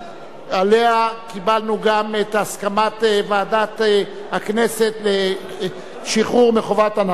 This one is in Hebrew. שעליה קיבלנו גם את הסכמת ועדת הכנסת לשחרור מחובת הנחה,